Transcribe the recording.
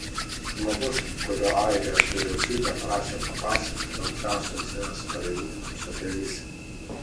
žmogus kurio airijos vyriausybė prašė papasakoti aukščiausiems es pareigūnams apie viskį